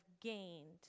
gained